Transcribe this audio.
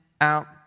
out